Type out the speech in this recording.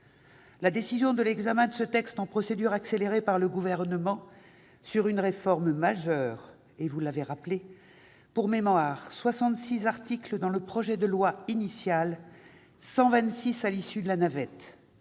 La décision d'examiner ce texte en procédure accélérée prise par le Gouvernement sur une réforme majeure- pour mémoire : 66 articles dans le projet de loi initial, 126 à l'issue de la navette